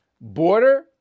border